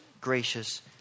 gracious